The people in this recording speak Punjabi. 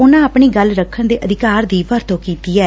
ਉਨਾਂ ਆਪਣੀ ਗੱਲ ਰੱਖਣ ਦੇ ਅਧਿਕਾਰ ਦੀ ਵਰਤੋਂ ਕੀਤੀ ਐ